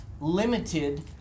limited